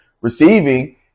receiving